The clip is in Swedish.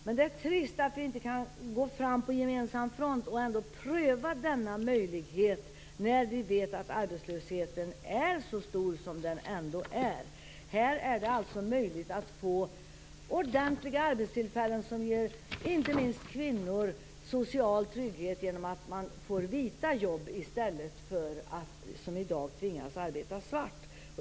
Men det är trist att vi inte kan gå fram på en gemensam front och pröva denna möjlighet när vi vet att arbetslösheten är så stor som den är. Här finns en möjlighet att få ordentliga arbetstillfällen som ger inte minst kvinnor social trygghet genom att de får vita jobb i stället för att som i dag tvingas att arbeta svart.